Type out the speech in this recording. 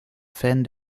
fan